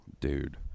dude